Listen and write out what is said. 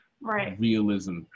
realism